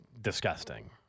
disgusting